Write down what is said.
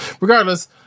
Regardless